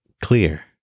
clear